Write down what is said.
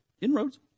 inroads